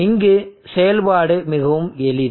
இங்கு செயல்பாடு மிகவும் எளிது